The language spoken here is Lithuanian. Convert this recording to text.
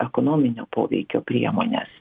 ekonominio poveikio priemones